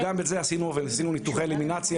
גם את זה עשינו וניסינו ניתוח אלימינציה,